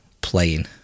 playing